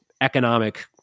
economic